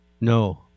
No